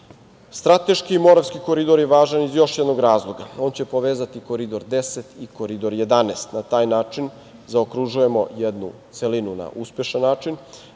vrati. Strateški, Moravski koridor je važan iz još jednog razloga. On će povezati Koridor 10 i Koridor 11. Na taj način zaokružujemo jednu celinu na uspešan način,